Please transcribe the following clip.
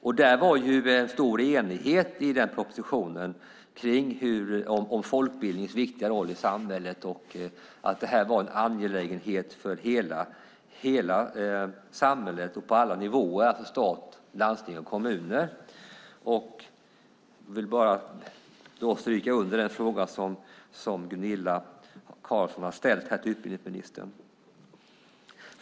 Det var stor enighet om den propositionen, om folkbildningens viktiga roll i samhället och att detta var en angelägenhet för hela samhället och på alla nivåer, stat, landsting och kommuner. Jag vill bara stryka under den fråga som Gunilla Carlsson har ställt till utbildningsministern.